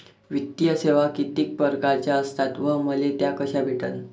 वित्तीय सेवा कितीक परकारच्या असतात व मले त्या कशा भेटन?